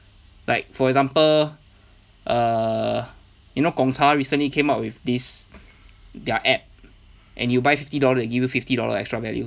like for example err you know gong cha recently came out with this their app and you buy fifty dollar they give you fifty dollar extra value